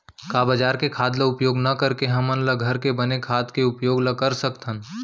का बजार के खाद ला उपयोग न करके हमन ल घर के बने खाद के उपयोग ल कर सकथन?